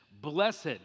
blessed